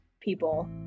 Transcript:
people